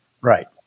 Right